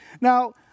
Now